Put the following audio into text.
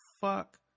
fuck